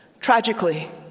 Tragically